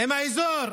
עם האזור.